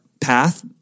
path